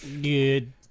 Good